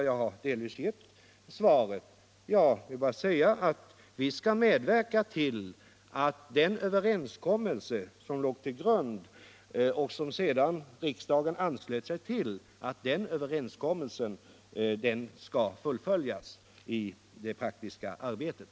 Jag har delvis gett svaret. Här vill jag bara säga att vi skall medverka till att den överenskommelse som låg till' grund, och som sedan riksdagen anslöt sig till, skall fullföljas i det praktiska arbetet.